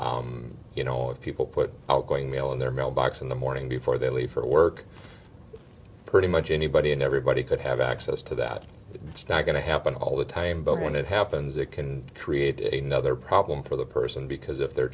point you know if people put outgoing mail in their mailbox in the morning before they leave for work pretty much anybody and everybody could have access to that it's not going to happen all the time but when it happens it can create a nother problem for the person because if their